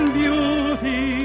beauty